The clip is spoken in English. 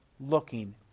looking